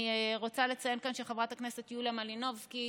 אני רוצה לציין כאן שחברת הכנסת יוליה מלינובסקי,